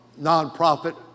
nonprofit